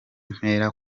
mpera